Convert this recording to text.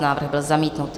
Návrh byl zamítnut.